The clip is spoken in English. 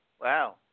Wow